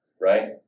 right